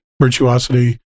Virtuosity